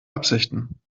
absichten